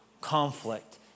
conflict